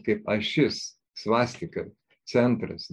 kaip ašis svastika centras